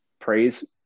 praise